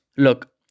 Look